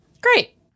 Great